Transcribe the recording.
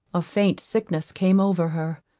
a faint sickness came over her.